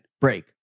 break